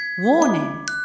Warning